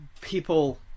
people